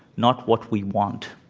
not what we want.